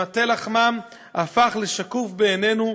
שמטה לחמן הפך לשקוף בעינינו,